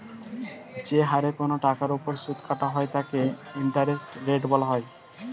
যে হারে কোন টাকার উপর সুদ কাটা হয় তাকে ইন্টারেস্ট রেট বলা হয়